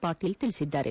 ಪಾಟೀಲ್ ಹೇಳಿದ್ದಾರೆ